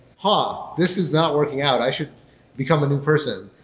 huh! this is not working out. i should become a new person.